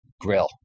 grill